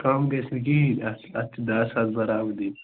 کَم گژھِ نہٕ کِہیٖنٛۍ اَتھ اَتھ چھِ دَہ ساس برابر دِنۍ